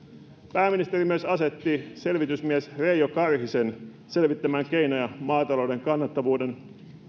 pääministeri myös asetti selvitysmies reijo karhisen selvittämään keinoja maatalouden kannattavuuden